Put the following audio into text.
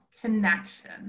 connection